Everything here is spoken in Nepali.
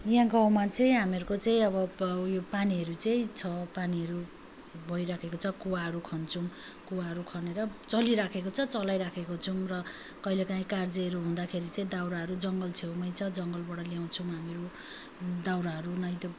यहाँ गाउँमा चाहिँ हामीहरूको चाहिँ अब प उयो पानीहरू चाहिँ छ पानीहरू भइराखेको छ कुवाहरू खन्छौँ कुवाहरू खनेर चलिराखेको छ चलाइराखेको छौँ र कहिले काहीँ कार्यहरू हुँदाखेरि चाहिँ दाउराहरू जङ्गल छेउमै छ जङ्गलबाट ल्याउँछौँ हामीहरू दाउराहरू नै त